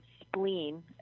spleen